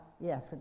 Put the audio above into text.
yes